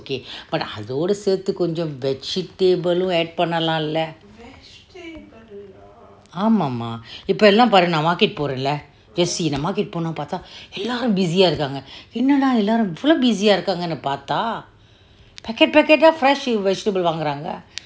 okay but அதோடு சேர்த்தே கொஞ்சேம்:atotu cette konjem vegetable uh add பண்ணேளாலே ஆமா:pannelale amma mah இப்பெ எல்லாம் பாரே நா:ippe ellam paare na market போறேன்:poren leh you see நான்:nan market போனேன் பார்த்த போனேன்:ponen partha ellarum busy ah இருக்காங்கே என்னடா எல்லாரும் இவளோ:irukkanke ennada ellarum ivalo busy ah பார்த்த:parrta packet packet ah fresh vegetable வாங்கெரங்கே:vankeranke